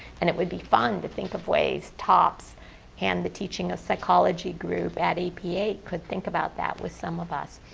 and it would be fun to think of ways topss and the teaching of psychology grew. apa could think about that with some of us.